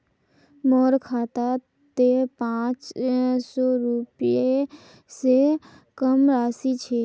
मोर खातात त पांच सौ रुपए स कम राशि छ